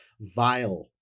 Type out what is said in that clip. vile